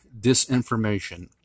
disinformation